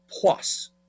plus